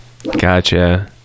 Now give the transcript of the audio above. Gotcha